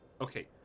Okay